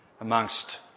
amongst